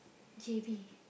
J_B